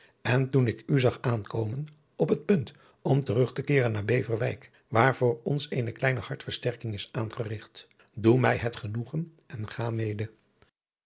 en toen ik u zag annkomen op het punt om terug te keeren naar de beverwijk waar voor ons eene kleine hartversterking is aangerigt doe mij het genoegen en ga mede